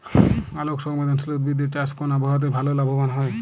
আলোক সংবেদশীল উদ্ভিদ এর চাষ কোন আবহাওয়াতে ভাল লাভবান হয়?